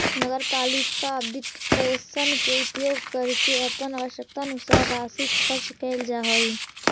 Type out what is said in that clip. नगर पालिका वित्तपोषण के उपयोग करके अपन आवश्यकतानुसार राशि खर्च कैल जा हई